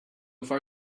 far